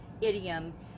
idiom